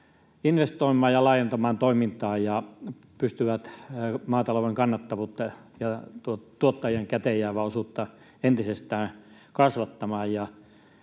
investoimaan ja laajentamaan toimintaa ja pystyvät maatalouden kannattavuutta ja tuottajien käteenjäävää osuutta entisestään kasvattamaan.